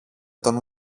τον